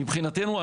מבחינתנו.